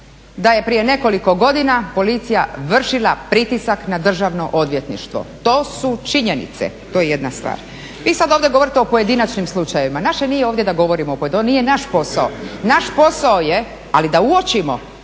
da je prije nekoliko godina policija vršila pritisak na državno odvjetništvo. To su činjenice, to je jedna stvar. Vi sada govorite o pojedinačnim slučajevima, naše nije ovdje da govorimo, to nije naš posao. Naš posao je ali da uočimo